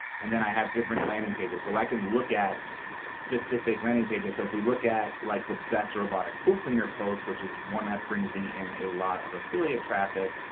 and then i have different landing pages. so i can look at specific landing pages. so if we look at like the best robotic pool cleaner post, which is one that brings me in a lot of affiliate traffic,